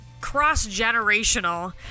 cross-generational